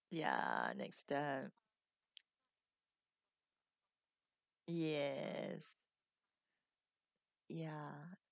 ya next time yes ya